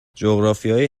جغرافیای